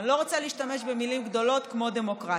אני לא רוצה להשתמש במילים גדולות כמו דמוקרטיה.